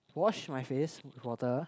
wash my face with water